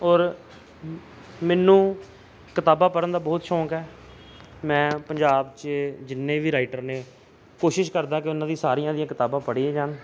ਔਰ ਮੈਨੂੰ ਕਿਤਾਬਾਂ ਪੜ੍ਹਨ ਦਾ ਬਹੁਤ ਸ਼ੌਂਕ ਹੈ ਮੈਂ ਪੰਜਾਬ 'ਚ ਜਿੰਨੇ ਵੀ ਰਾਈਟਰ ਨੇ ਕੋਸ਼ਿਸ਼ ਕਰਦਾ ਕਿ ਉਹਨਾਂ ਦੀ ਸਾਰੀਆਂ ਦੀਆਂ ਕਿਤਾਬਾਂ ਪੜ੍ਹੀਆਂ ਜਾਣ